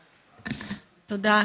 תודה.